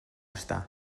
estar